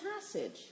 passage